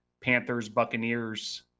Panthers-Buccaneers